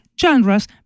genres